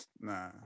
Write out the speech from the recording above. Nah